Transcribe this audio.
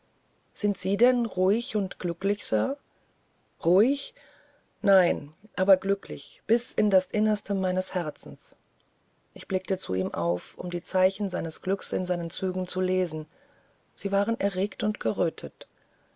sind sie denn ruhig und glücklich sir ruhig nein aber glücklich bis in das innerste meines herzens ich blickte zu ihm auf um die zeichen seines glückes in seinen zügen zu lesen sie waren erregt und gerötet